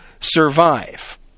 survive